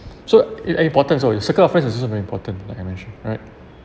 so im~ and important sorry circle of friends is also very important like I mentioned right